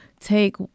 take